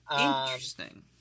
Interesting